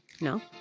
no